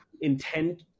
intent